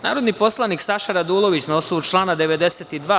Narodni poslanik Saša Radulović, na osnovu člana 92.